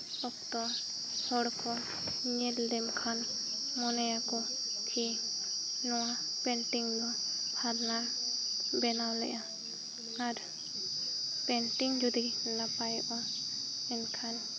ᱚᱠᱛᱚ ᱦᱚᱲ ᱠᱚ ᱧᱮᱞ ᱞᱮᱢ ᱠᱷᱟᱱ ᱢᱚᱱᱮᱭᱟ ᱠᱚ ᱠᱤ ᱱᱚᱣᱟ ᱯᱮᱱᱴᱤᱝ ᱫᱚ ᱯᱷᱟᱞᱱᱟ ᱵᱮᱱᱟᱣ ᱞᱮᱫᱼᱟ ᱟᱨ ᱯᱮᱱᱴᱤᱝ ᱡᱩᱫᱤ ᱱᱟᱯᱟᱭᱚᱜᱼᱟ ᱮᱱᱠᱷᱟᱱ